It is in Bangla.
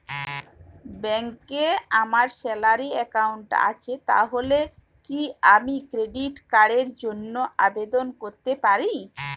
ব্যাংকে আমার স্যালারি অ্যাকাউন্ট আছে তাহলে কি আমি ক্রেডিট কার্ড র জন্য আবেদন করতে পারি?